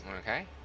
Okay